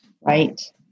Right